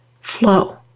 flow